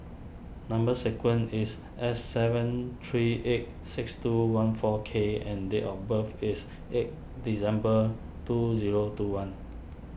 Number Sequence is S seven three eight six two one four K and date of birth is eight December two zero two one